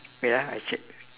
wait ah I check